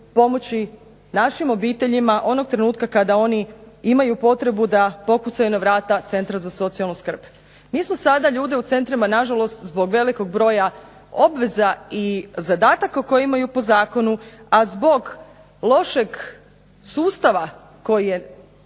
pomoći našim obiteljima onog trenutka kada oni imaju potrebu da pokucaju vrata centra za socijalnu skrb. Mi smo sada ljude u centrima na žalost zbog velikog broja obveza i zadataka koje imaju po zakonu, a zbog lošeg sustava koji je